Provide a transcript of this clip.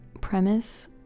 premise